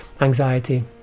anxiety